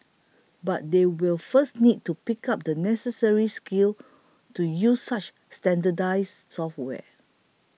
but they will first need to pick up the necessary skills to use such standardised software